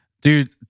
dude